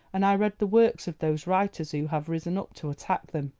and i read the works of those writers who have risen up to attack them.